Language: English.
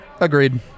Agreed